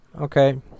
Okay